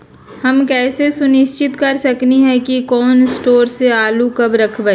हम कैसे सुनिश्चित कर सकली ह कि कोल शटोर से आलू कब रखब?